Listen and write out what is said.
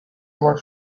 were